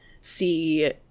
see